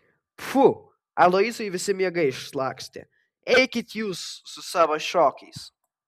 pfu aloyzui visi miegai išlakstė eikit jūs su savo šokiais